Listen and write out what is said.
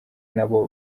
n’abo